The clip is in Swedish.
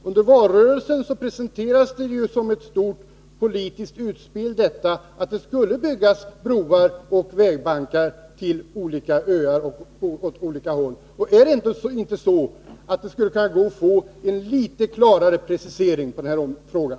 Under valrörelsen gjordes ett stort politiskt utspel, som innebar att det skulle byggas broar och vägbankar till exempelvis olika öar. Går det inte att få en litet klarare precisering i den här frågan?